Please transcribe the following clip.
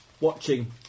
Watching